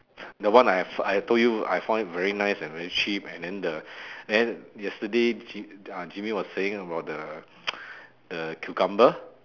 the one I I told you I found it very nice and very cheap and then the then yesterday uh Jimmy was saying about the the cucumber